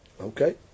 Okay